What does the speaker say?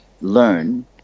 learn